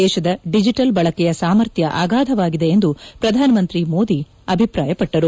ದೇಶದ ಡಿಜಿಟಲ್ ಬಳಕೆಯ ಸಾಮರ್ಥ್ಯ ಅಗಾಧವಾಗಿದೆ ಎಂದು ಪ್ರಧಾನಮಂತ್ರಿ ಮೋದಿ ಅಭಿಪ್ರಾಯಪಟ್ಟರು